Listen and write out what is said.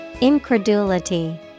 Incredulity